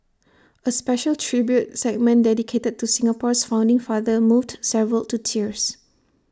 A special tribute segment dedicated to Singapore's founding father moved several to tears